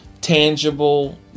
tangible